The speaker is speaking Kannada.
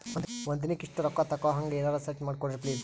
ಒಂದಿನಕ್ಕ ಇಷ್ಟೇ ರೊಕ್ಕ ತಕ್ಕೊಹಂಗ ಎನೆರೆ ಸೆಟ್ ಮಾಡಕೋಡ್ರಿ ಪ್ಲೀಜ್?